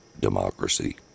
democracy